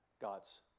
God's